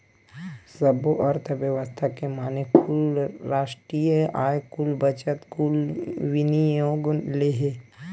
सब्बो अर्थबेवस्था के माने कुल रास्टीय आय, कुल बचत, कुल विनियोग ले हे